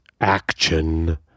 action